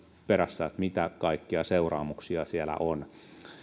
perässä mitä kaikkia seuraamuksia siellä on